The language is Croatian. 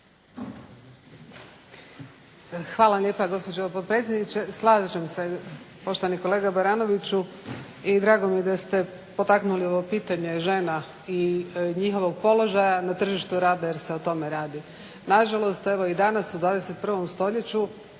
Hvala lijepa gospođo potpredsjednice. Slažem se poštovano kolega Baranoviću i drago mi je da ste potaknuli ovo pitanje žena i njihovog položaja na tržištu rada jer se o tome radi. Nažalost evo i danas u 21.stoljeću